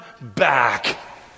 back